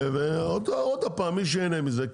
ועוד הפעם מי שייהנה מזה,